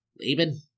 leaving